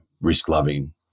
risk-loving